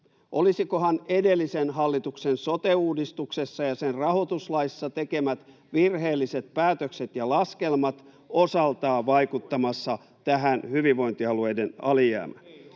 Olisivatkohan edellisen hallituksen sote-uudistuksessa ja sen rahoituslaissa tekemät virheelliset päätökset ja laskelmat osaltaan vaikuttamassa tähän hyvinvointialueiden alijäämään?